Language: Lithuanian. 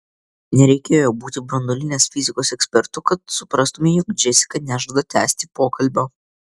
nereikėjo būti branduolinės fizikos ekspertu kad suprastumei jog džesika nežada tęsti pokalbio